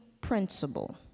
principle